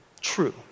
True